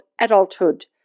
adulthood